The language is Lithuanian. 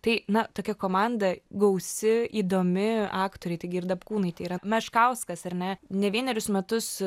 tai na tokia komanda gausi įdomi aktoriai taigi ir dapkūnaitė yra meškauskas rr ne ne vienerius metus